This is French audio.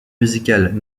musical